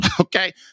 okay